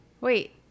Wait